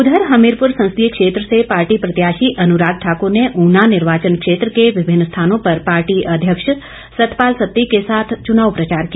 उधर हमीरपुर संसदीय क्षेत्र से पार्टी प्रत्याशी अनुराग ठाकुर ने ऊना निर्वाचन क्षेत्र के विभिन्न स्थानों पर पार्टी अध्यक्ष सतपाल सत्ती के साथ चुनाव प्रचार किया